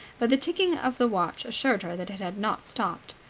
but the ticking of the watch assured her that it had not stopped.